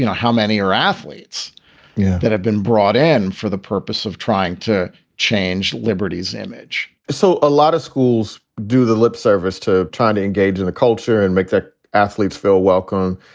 you know how many are athletes that have been brought in for the purpose of trying to change liberty's image so a lot of schools do the lip service to trying to engage in the culture and make the athletes feel welcome.